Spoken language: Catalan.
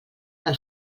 del